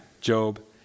Job